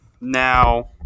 now